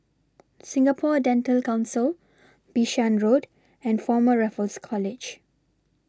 Singapore Dental Council Bishan Road and Former Raffles College